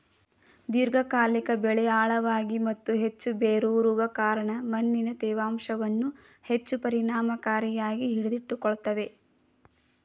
ದೀರ್ಘಕಾಲಿಕ ಬೆಳೆ ಆಳವಾಗಿ ಮತ್ತು ಹೆಚ್ಚು ಬೇರೂರುವ ಕಾರಣ ಮಣ್ಣಿನ ತೇವಾಂಶವನ್ನು ಹೆಚ್ಚು ಪರಿಣಾಮಕಾರಿಯಾಗಿ ಹಿಡಿದಿಟ್ಟುಕೊಳ್ತವೆ